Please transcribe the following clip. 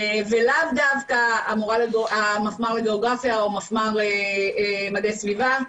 ולאו דווקא אמורה להיות מפמ"ר לגיאוגרפיה או מפמ"ר מדעי סביבה.